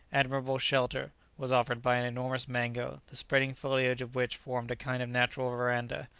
admirable shelter was offered by an enormous mango, the spreading foliage of which formed a kind of natural verandah,